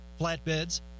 flatbeds